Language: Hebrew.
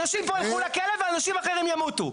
אנשים פה ילכו לכלא ואנשים אחרים ימותו.